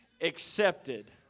accepted